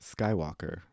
Skywalker